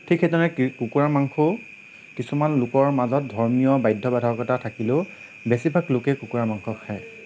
ঠিক সেই ধৰণে কুকুৰাৰ মাংসও কিছুমান লোকৰ মাজত ধৰ্মীয় বাধ্য বাধকতা থাকিলেও বেছি ভাগ লোকেই কুকুৰাৰ মাংস খায়